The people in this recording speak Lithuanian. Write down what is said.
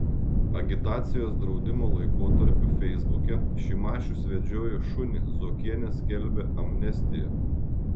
agitacijos draudimo laikotarpiu feisbuke šimašius vedžiojo šunį zuokienė skelbė amnestiją